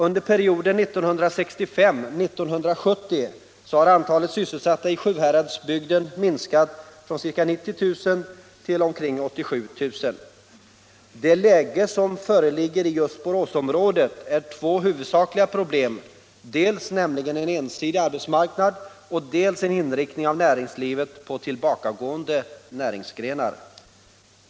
Under perioden 1965-1970 har antalet sysselsatta i Sjuhäradsbygden minskat från nära 90 000 till omkring 87 000. I just Boråsområdet är problemen huvudsakligen två —- dels en ensidig arbetsmarknad, dels en inriktning av näringslivet på tillbakagående näringsgrenar.